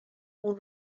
اون